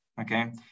okay